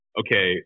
okay